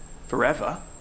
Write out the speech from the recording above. Forever